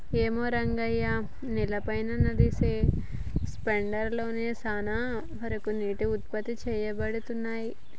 ఏమో రంగయ్య నేలపై నదిసె స్పెండర్ లలో సాన వరకు నీటికి ఉత్పత్తి సేయబడతున్నయి